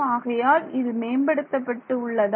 ஆகையால் இது மேம்படுத்தப்பட்டு உள்ளதா